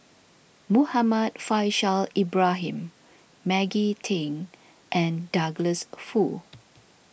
Muhammad Faishal Ibrahim Maggie Teng and Douglas Foo